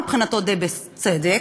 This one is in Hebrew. מבחינתו די בצדק,